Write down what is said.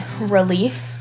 relief